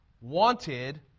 wanted